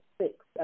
six